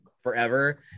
forever